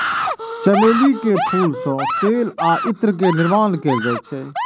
चमेली के फूल सं तेल आ इत्र के निर्माण कैल जाइ छै